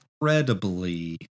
incredibly